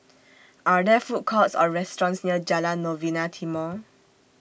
Are There Food Courts Or restaurants near Jalan Novena Timor